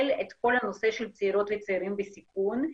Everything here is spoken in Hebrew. את כל הנושא של צעירות וצעירים בסיכון.